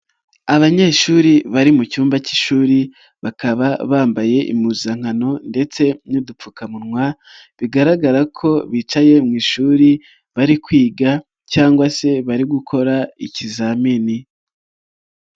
Abanyeshuri bari mu cyumba cy'ishuri bakaba bambaye impuzankano ndetse n'udupfukamunwa, bigaragara ko bicaye mu ishuri bari kwiga cyangwa se bari gukora ikizamini.